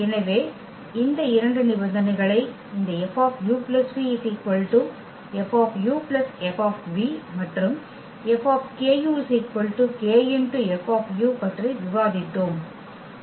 எனவே இந்த 2 நிபந்தனைகளை இந்த F u v F F மற்றும் F k F பற்றி விவாதித்தோம்